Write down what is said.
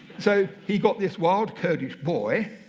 so he got this wild kurdish boy.